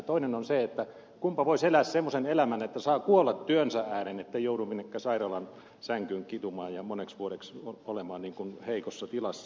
toinen on se että kunpa voisi elää semmoisen elämän että saa kuolla työnsä ääreen ettei joudu minnekään sairaalan sänkyyn kitumaan ja moneksi vuodeksi olemaan heikossa tilassa